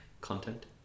content